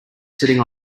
sitting